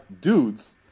dudes